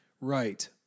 Right